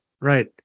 right